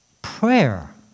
Prayer